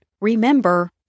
remember